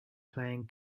playing